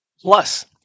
Plus